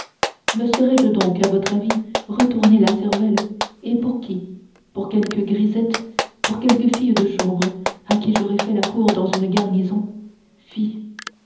me serais-je donc à votre avis retourné la cervelle et pour qui pour quelque grisette pour quelque fille de chambre à qui j'aurais fait la cour dans une garnison fi